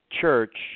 church